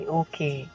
okay